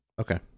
Okay